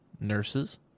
nurses